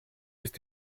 ist